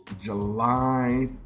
July